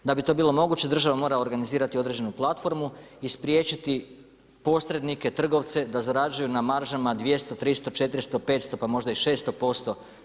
Da bi to bilo moguće, država mora organizirati određenu platformu i spriječiti posrednike, trgovce da zarađuju na maržama 200, 300, 400, 500 pa možda i 600% na tuđoj muci.